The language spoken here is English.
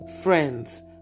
friends